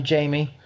Jamie